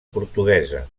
portuguesa